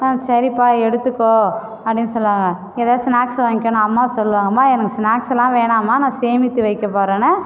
சரிப்பா எடுத்துக்கோ அப்படினு சொல்லுவாங்க எதாவது ஸ்நாக்ஸ் வாங்கிக்கோனு அம்மா சொல்லுவாங்க அம்மா எனக்கு ஸ்நாக்ஸ் எல்லாம் வேணாம்மா நான் சேமித்து வைக்க போகிறேனு